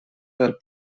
del